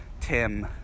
Tim